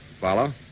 follow